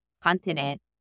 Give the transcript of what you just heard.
continent